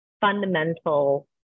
fundamental